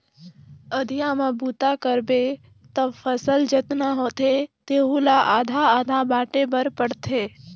अधिया म बूता करबे त फसल जतना होथे तेहू ला आधा आधा बांटे बर पड़थे